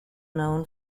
known